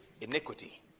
iniquity